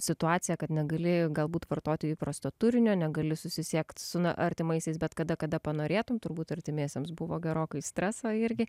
situaciją kad negalėjo galbūt vartoti įprasto turinio negaliu susisiekti su artimaisiais bet kada kada panorėtumei turbūt artimiesiems buvo gerokai streso irgi